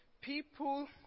people